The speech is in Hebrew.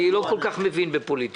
אני לא כל כך מבין בפוליטיקה,